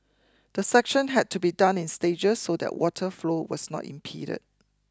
the section had to be done in stages so that water flow was not impeded